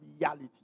reality